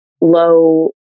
low